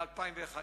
ל-2011.